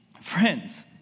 Friends